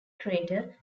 crater